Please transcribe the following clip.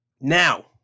Now